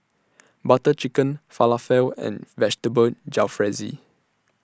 Butter Chicken Falafel and Vegetable Jalfrezi